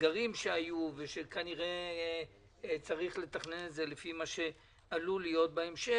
הסגרים שהיו ושכנראה צריך לתכנן את זה לפי מה שעלול להיות בהמשך,